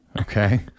okay